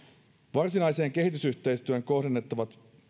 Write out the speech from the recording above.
varsinaiseen kehitysyhteistyöhön kohdennettavat